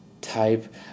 type